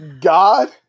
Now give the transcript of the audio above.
God